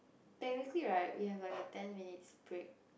technically right we have like a ten minutes break